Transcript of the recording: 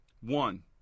One